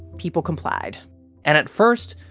people complied and at first,